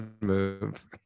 move